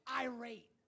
irate